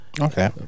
Okay